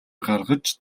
гаргаж